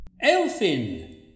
Elfin